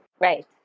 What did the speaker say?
right